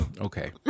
Okay